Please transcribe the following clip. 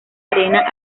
arena